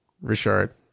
Richard